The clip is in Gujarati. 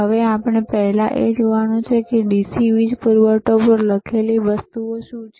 હવે આપણે પહેલા એ જોવાનું છે કે આ DC વીજ પૂરવઠો પર લખેલી વસ્તુઓ શું છે